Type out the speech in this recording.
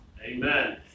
Amen